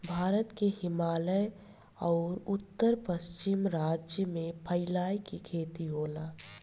भारत के हिमालय अउर उत्तर पश्चिम राज्य में फैला के खेती होला